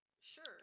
Sure